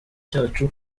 cyacu